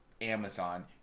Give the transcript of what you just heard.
Amazon